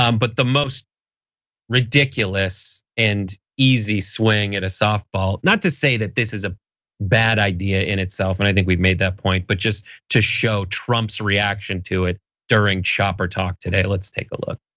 um but the most ridiculous and easy swing at a softball, not to say that this is a bad idea in itself and i think we've made that point. but just to show trump's reaction to it during chopper talk today, let's take a look.